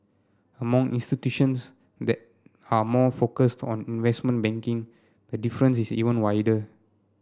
among institutions that are more focused on investment banking the difference is even wider